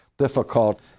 difficult